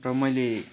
र मैले